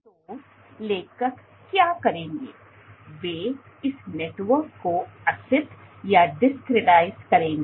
तो लेखक क्या करेंगे वे इस नेटवर्क को असित करेंगे